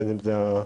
בין אם זה המחסור,